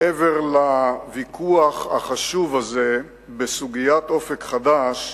מעבר לוויכוח החשוב הזה בסוגיית "אופק חדש"